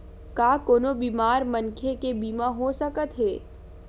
का कोनो बीमार मनखे के बीमा हो सकत हे?